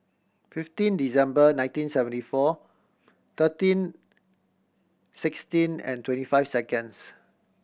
fifteen December nineteen seventy four thirteen sixteen and twenty five seconds